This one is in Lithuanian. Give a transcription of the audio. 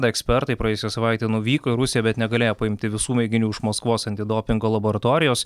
ekspertai praėjusią savaitę nuvyko į rusiją bet negalėjo paimti visų mėginių iš maskvos antidopingo laboratorijos